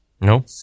No